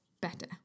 better